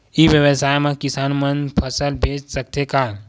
ई व्यवसाय म किसान मन फसल बेच सकथे का?